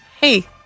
Hey